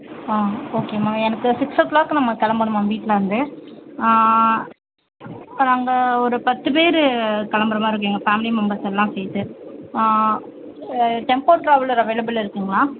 ஆ ஓகேம்மா எனக்கு six o'clock நம்ம கிளம்பணும் மேம் வீட்டிலந்து இப்போ நாங்கள் ஒரு பத்து பேர் கிளம்புற மாதிரி இருக்கும் எங்கள் ஃபேமிலி மெம்பெர்ஸ் எல்லாம் சேர்த்து டெம்ப்போ ட்ராவுலர் அவைலபில் இருக்குதுங்களா